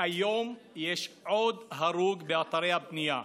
היום יש עוד הרוג באתרי הבנייה.